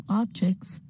objects